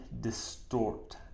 distort